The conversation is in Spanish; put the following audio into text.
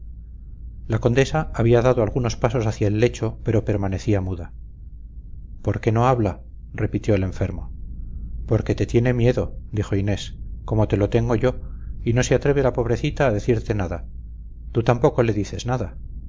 la condesa había dado algunos pasos hacia el lecho pero permanecía muda por qué no habla repitió el enfermo porque te tiene miedo dijo inés como te lo tengo yo y no se atreve la pobrecita a decirte nada tú tampoco le dices nada